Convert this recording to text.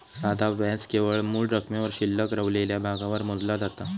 साधा व्याज केवळ मूळ रकमेवर शिल्लक रवलेल्या भागावर मोजला जाता